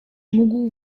mógł